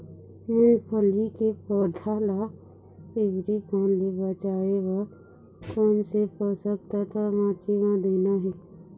मुंगफली के पौधा ला पिवरी पान ले बचाए बर कोन से पोषक तत्व माटी म देना हे?